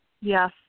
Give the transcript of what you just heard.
Yes